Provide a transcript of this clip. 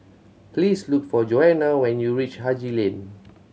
please look for Johanna when you reach Haji Lane